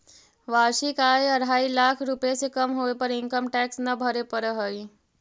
वार्षिक आय अढ़ाई लाख रुपए से कम होवे पर इनकम टैक्स न भरे पड़ऽ हई